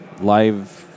Live